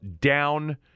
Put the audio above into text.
down